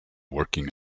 working